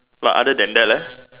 but other than that leh